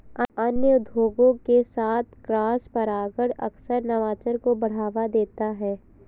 अन्य उद्योगों के साथ क्रॉसपरागण अक्सर नवाचार को बढ़ावा देता है